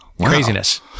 Craziness